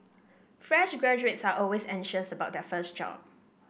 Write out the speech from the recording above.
fresh graduates are always anxious about their first job